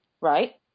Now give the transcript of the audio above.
right